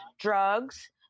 drugs